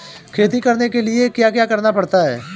खेती करने के लिए क्या क्या करना पड़ता है?